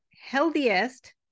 healthiest